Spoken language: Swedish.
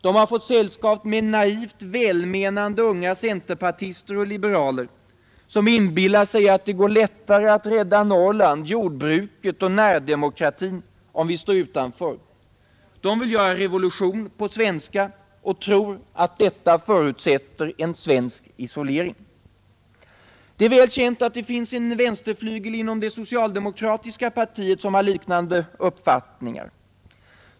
De har fått sällskap av naivt välmenande unga centerpartister och liberaler, som inbillar sig att det går lättare att rädda Norrland, jordbruket och närdemokratin om vi står utanför. De vill göra revolution på svenska och tror att detta förutsätter en svensk isolering. Det är väl känt att det finns en vänsterflygel inom det socialdemokratiska partiet som har liknande uppfattningar.